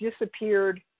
disappeared